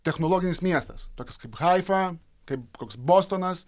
technologinis miestas tokis kaip haifa kaip koks bostonas